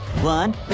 One